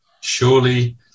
Surely